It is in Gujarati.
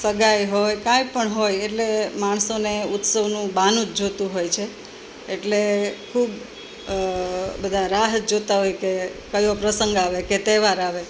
સગાઈ હોય કાઇપણ હોય એટલે માણસોને ઉત્સવનું બહાનું જ જોઈતું હોય છે એટલે ખૂબ બધાં રાહ જ જોતાં હોય કે કયો પ્રસંગ આવે કે તહેવાર આવે